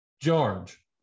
George